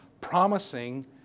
promising